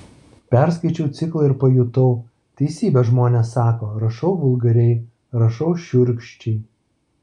perskaičiau ciklą ir pajutau teisybę žmonės sako rašau vulgariai rašau šiurkščiai